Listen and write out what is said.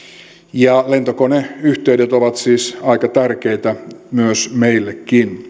ja lentokoneyhteydet ovat siis aika tärkeitä myös meille